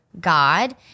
God